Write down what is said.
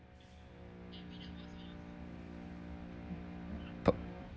part